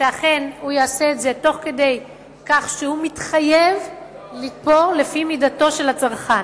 שאכן הוא יעשה את זה תוך כדי כך שהוא מתחייב לתפור לפי מידתו של הצרכן.